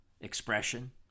expression